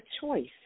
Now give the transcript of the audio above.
choice